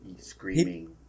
screaming